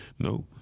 No